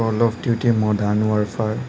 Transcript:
call of duty modern warfare